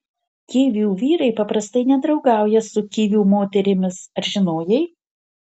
kivių vyrai paprastai nedraugauja su kivių moterimis ar žinojai